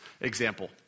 example